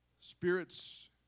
spirits